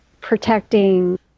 protecting